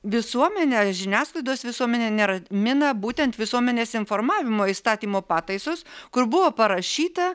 visuomenę žiniasklaidos visuomenę neramina būtent visuomenės informavimo įstatymo pataisos kur buvo parašyta